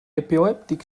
epileptic